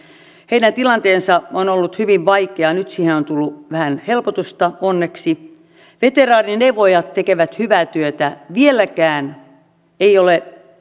heidän tilanteensa on ollut hyvin vaikea ja nyt siihen on tullut vähän helpotusta onneksi veteraanineuvojat tekevät hyvää työtä vieläkään ei ole